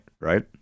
right